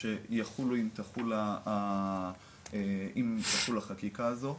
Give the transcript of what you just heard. שיחולו אם תחול החקיקה הזו,